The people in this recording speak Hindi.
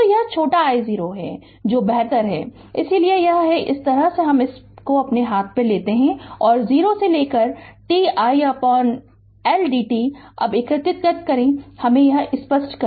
तो यह छोटा I0 है जो बेहतर है इसलिए यह है और यह इस तरफ इस हाथ पे है 0 से t R L dt अब एकीकृत करें हमे इसे स्पष्ट करने दें